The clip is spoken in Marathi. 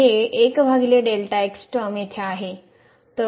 तर आपल्याकडे आणि आहे आणि ही टर्म येथे आहे